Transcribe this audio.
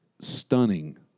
stunning